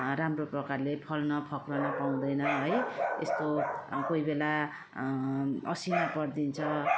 राम्रो प्रकारले फल्न फक्रन पाउँदैन है यस्तो कोही बेला असिना परिदिन्छ